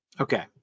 okay